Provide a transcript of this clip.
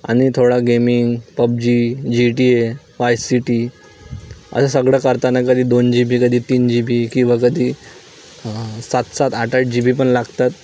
आणि थोडा gaming PUBG G T A vice city असं सगळं करताना कधी दोन जी बी कधी तीन जी बी किंवा कधी सात सात आठ आठ जी बी पण लागतात